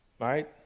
right